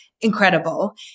incredible